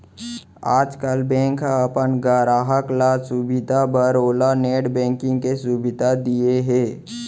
आजकाल बेंक ह अपन गराहक के सुभीता बर ओला नेट बेंकिंग के सुभीता दिये हे